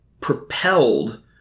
propelled